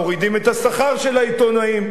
מורידים את השכר של העיתונאים,